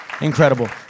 Incredible